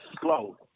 slow